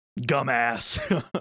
Gumass